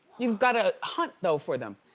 you've got to hunt though for them.